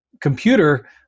computer